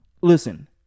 Listen